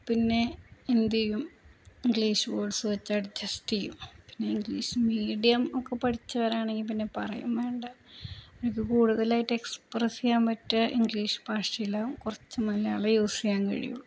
പിന്നെ എന്തെയ്യും English words വച്ച് അഡ്ജസ്റ്റ് ചെയ്യും പിന്നെ ഇംഗ്ലീഷ് മീഡിയം ഒക്കെ പഠിച്ചവരാണെങ്കില് പിന്നെ പറയുകയും വേണ്ട അവര്ക്കു കൂടുതലായിട്ട് എക്സ്പ്രസ് ചെയ്യാൻ പറ്റുക ഇംഗ്ലീഷ് ഭാഷയിലാണ് കുറച്ചു മലയാളമേ യൂസ്യ്യാൻ കഴിയുകയുള്ളൂ